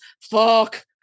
fuck